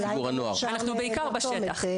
אנחנו בעיקר בשטח.